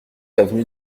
avenue